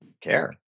care